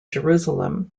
jerusalem